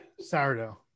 sourdough